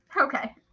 Okay